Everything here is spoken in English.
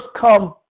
come